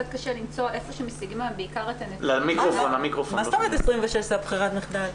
מה זאת אומרת 26 זה ברירת המחדל?